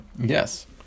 Yes